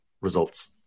results